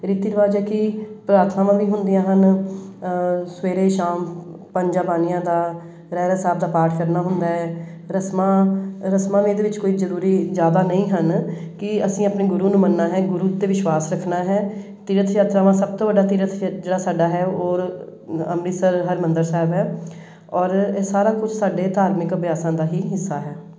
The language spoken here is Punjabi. ਰੀਤੀ ਰਿਵਾਜ਼ ਹੈ ਕਿ ਪ੍ਰਾਥਨਾਵਾਂ ਵੀ ਹੁੰਦੀਆਂ ਹਨ ਸਵੇਰੇ ਸ਼ਾਮ ਪੰਜਾਂ ਬਾਣੀਆਂ ਦਾ ਰਹਿਰਾਸ ਸਾਹਿਬ ਦਾ ਪਾਠ ਕਰਨਾ ਹੁੰਦਾ ਹੈ ਰਸਮਾਂ ਰਸਮਾਂ ਵੀ ਇਹਦੇ ਵਿੱਚ ਕੋਈ ਜ਼ਰੂਰੀ ਜ਼ਿਆਦਾ ਨਹੀਂ ਹਨ ਕਿ ਅਸੀਂ ਆਪਣੇ ਗੁਰੂ ਨੂੰ ਮੰਨਣਾ ਹੈ ਗੁਰੂ 'ਤੇ ਵਿਸ਼ਵਾਸ ਰੱਖਣਾ ਹੈ ਤੀਰਥ ਯਾਤਰਾਵਾਂ ਸਭ ਤੋਂ ਵੱਡਾ ਤੀਰਥ ਜਿ ਜਿਹੜਾ ਸਾਡਾ ਹੈ ਔਰ ਅੰਮ੍ਰਿਤਸਰ ਹਰਿਮੰਦਰ ਸਾਹਿਬ ਹੈ ਔਰ ਇਹ ਸਾਰਾ ਕੁਛ ਸਾਡੇ ਧਾਰਮਿਕ ਅਭਿਆਸਾਂ ਦਾ ਹੀ ਹਿੱਸਾ ਹੈ